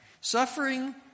Suffering